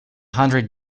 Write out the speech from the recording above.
hundred